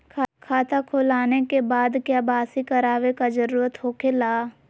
खाता खोल आने के बाद क्या बासी करावे का जरूरी हो खेला?